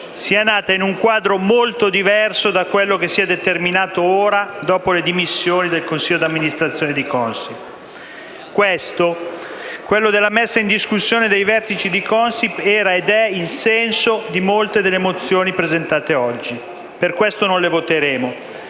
sia nata in un quadro molto diverso da quello determinato ora dalle dimissioni del consiglio di amministrazione di Consip. Quello della messa in discussione dei vertici di Consip era ed è il senso di molte delle mozioni presentate oggi. Per questo motivo, non le voteremo,